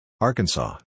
Arkansas